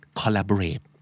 collaborate